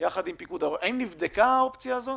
האם נבדקה האופציה הזאת?